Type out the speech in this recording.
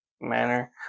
manner